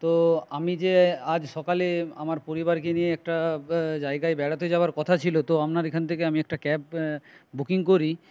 তো আমি যে আজ সকালে আমার পরিবারকে নিয়ে একটা জায়গায় বেড়াতে যাওয়ার কথা ছিল তো আপনার এখান থেকে আমি একটা ক্যাব বুকিং করি